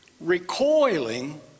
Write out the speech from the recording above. recoiling